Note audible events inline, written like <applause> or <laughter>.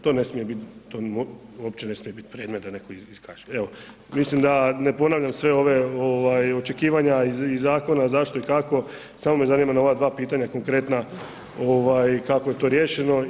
To ne smije biti, to uopće ne smije biti predmet da netko ... <unintelligible> Evo, mislim da ne ponavljam sve ove, očekivanja iz zakona zašto i kako, samo me zanima na ova dva pitanja konkretna kako je to riješeno.